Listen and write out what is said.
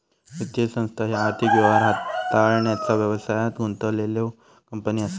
वित्तीय संस्था ह्या आर्थिक व्यवहार हाताळण्याचा व्यवसायात गुंतलेल्यो कंपनी असा